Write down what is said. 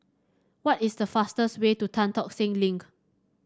what is the fastest way to Tan Tock Seng Link